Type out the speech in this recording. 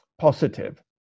positive